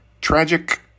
Tragic